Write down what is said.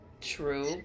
True